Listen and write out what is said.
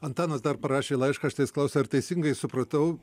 antanas dar parašė laišką štai jis klausia ar teisingai supratau